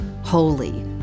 holy